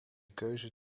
keuze